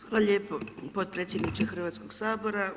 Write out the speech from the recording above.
Hvala lijepo potpredsjedniče Hrvatskog sabora.